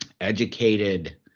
educated